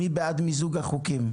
מי בעד מיזוג החוקים?